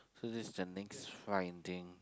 so this is the next finding